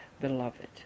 beloved